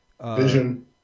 Vision